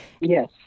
Yes